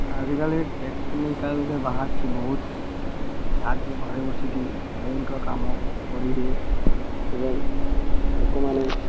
ଆଜିକାଲି ଟେକ୍ନିକାଲ୍ରେ ବାହାରୁଛି ବହୁତ ଯାହାକି ଘରେ ବସିକି ବ୍ୟାଙ୍କ୍ର କାମ କରିହୁୁଏ ଏବଂ ଲୋକମାନେ